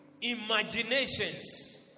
imaginations